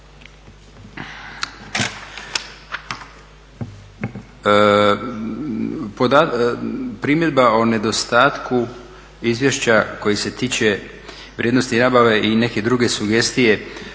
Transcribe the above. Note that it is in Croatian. Primjedba o nedostatku izvješća koji se tiče prednosti i nabave i neke druge sugestije,